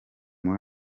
muri